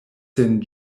sen